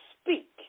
speak